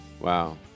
Wow